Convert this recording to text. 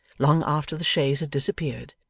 long after the chaise had disappeared,